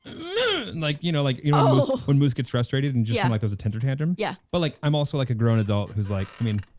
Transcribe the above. know like you know like you know when moose gets frustrated and yeah just throws a temper tantrum? yeah. but like i'm also like a grown adult, who's like, i mean,